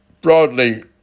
broadly